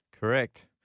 Correct